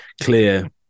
clear